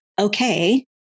okay